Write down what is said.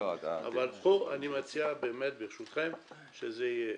פה אני מציע ברשותכם שזה יהיה